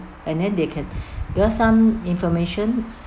and then they can because some information